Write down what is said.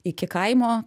iki kaimo